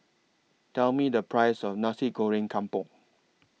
Tell Me The Price of Nasi Goreng Kampung